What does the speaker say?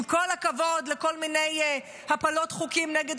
עם כל הכבוד לכל מיני הפלות חוקים נגד